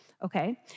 Okay